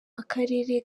akarere